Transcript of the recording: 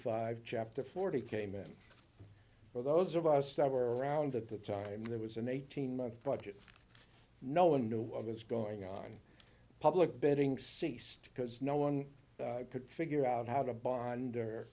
five chapter forty came in for those of us that were around at the time there was an eighteen month budget no one knew what was going on the public betting ceased because no one could figure out how to bond